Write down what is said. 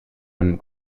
einem